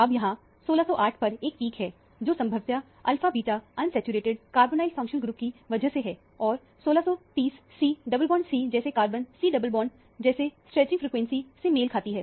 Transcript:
अब यहां 1608 पर एक पिक है जो संभवतया alpha beta unsaturated carbonyl functional group की वजह से है और 1630 CC जैसे कार्बन C जैसे स्ट्रैचिंग फ्रिकवेंसी से मेल खाती है